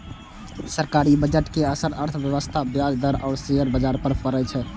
सरकारी बजट के असर अर्थव्यवस्था, ब्याज दर आ शेयर बाजार पर पड़ै छै